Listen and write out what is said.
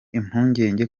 impungenge